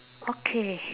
okay